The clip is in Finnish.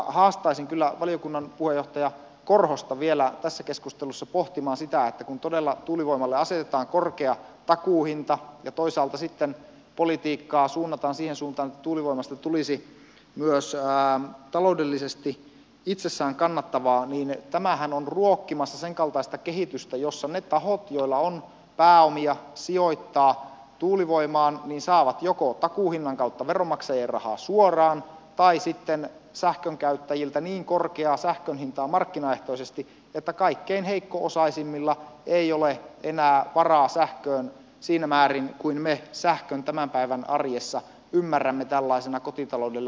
haastaisin kyllä valiokunnan puheenjohtaja korhosta vielä tässä keskustelussa pohtimaan sitä että kun todella tuulivoimalle asetetaan korkea takuuhinta ja toisaalta sitten politiikkaa suunnataan siihen suuntaan että tuulivoimasta tulisi myös taloudellisesti itsessään kannattavaa niin tämähän on ruokkimassa sen kaltaista kehitystä jossa ne tahot joilla on pääomia sijoittaa tuulivoimaan saavat joko takuuhinnan kautta veronmaksajien rahaa suoraan tai sitten sähkönkäyttäjiltä niin korkeaa sähkön hintaa markkinaehtoisesti että kaikkein heikko osaisimmilla ei ole enää varaa sähköön siinä määrin kuin me sähkön tämän päivän arjessa ymmärrämme tällaisena kotitaloudelle välttämättömänä hyödykkeenä